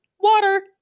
water